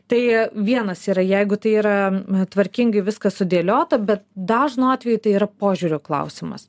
tai vienas yra jeigu tai yra tvarkingai viskas sudėliota bet dažnu atveju tai yra požiūrio klausimas